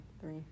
three